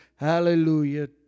Hallelujah